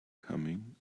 coming